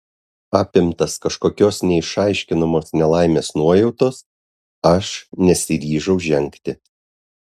apimtas kažkokios neišaiškinamos nelaimės nuojautos aš nesiryžau žengti